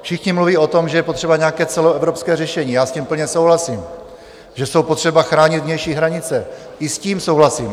Všichni mluví o tom, že je potřeba nějaké celoevropské řešení, já s tím plně souhlasím, že jsou potřeba chránit vnější hranice, i s tím souhlasím.